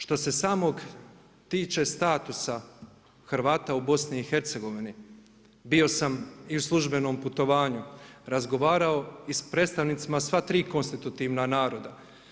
Što se samo tiče statusa Hrvata u BiH-, bio sam i na službenom putovanju, razgovarao i sa predstavnicima sva tri konstitutivna naroda.